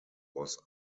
was